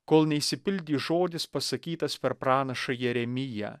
kol neišsipildys žodis pasakytas per pranašą jeremiją